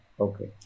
Okay